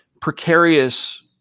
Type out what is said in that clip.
precarious